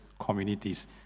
communities